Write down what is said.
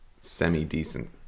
semi-decent